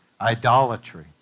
idolatry